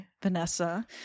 Vanessa